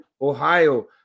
Ohio